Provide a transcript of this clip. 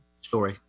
Story